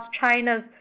China's